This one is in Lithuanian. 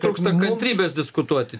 trūksta kantrybės diskutuoti